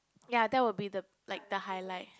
ya that will be the like the highlight